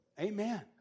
Amen